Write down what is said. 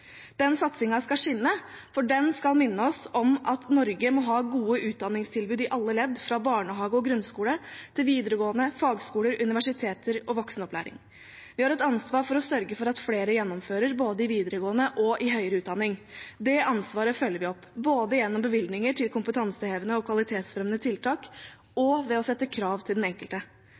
Den satsingen skal skinne, for den skal minne oss om at Norge må ha gode utdanningstilbud i alle ledd, fra barnehage og grunnskole til videregående, fagskoler, universiteter og voksenopplæring. Vi har et ansvar for å sørge for at flere gjennomfører både i videregående og i høyere utdanning. Det ansvaret følger vi opp, både gjennom bevilgninger til kompetansehevende og kvalitetsfremmende tiltak og ved å stille krav til den enkelte.